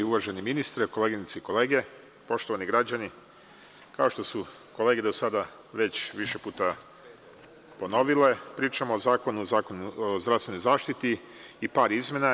Uvaženi ministre, koleginice i kolege, poštovani građani, kao što su kolege do sada već više puta ponovile, pričamo o Zakonu o zdravstvenoj zaštiti i par izmena.